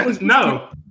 No